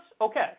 okay